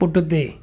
पुठिते